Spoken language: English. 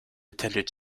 attended